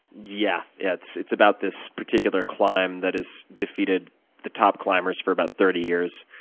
yeah yeah it's it's about this particular climb that has defeated the top climbers for about thirty years.